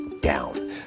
down